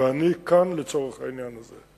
ואני כאן לצורך העניין הזה.